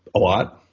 a lot.